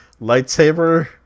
lightsaber